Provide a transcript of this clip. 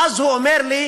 ואז הוא אומר לי: